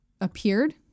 appeared